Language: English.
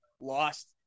lost